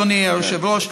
אדוני היושב-ראש,